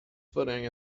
footing